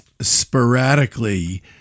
sporadically